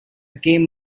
came